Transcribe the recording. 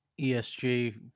esg